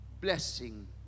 blessing